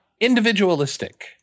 Individualistic